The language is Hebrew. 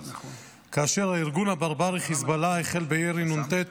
כאשר הארגון הברברי חיזבאללה החל בירי נ"ט,